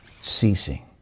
ceasing